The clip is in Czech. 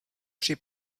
při